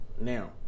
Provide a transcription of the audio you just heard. Now